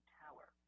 tower